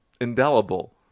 indelible